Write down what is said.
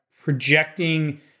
projecting